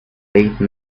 these